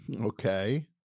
Okay